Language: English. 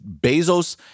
Bezos